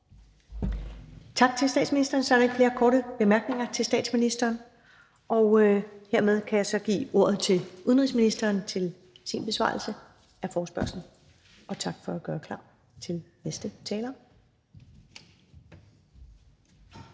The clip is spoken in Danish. Tak til statsministeren. Der er ikke flere korte bemærkninger til statsministeren. Hermed kan jeg så give ordet til udenrigsministeren for sin besvarelse af forespørgslen. Kl. 13:21 Udenrigsministeren